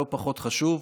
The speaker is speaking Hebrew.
לא פחות חשוב,